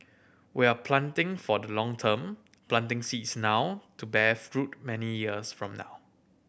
we are planting for the long term planting seeds now to bear fruit many years from now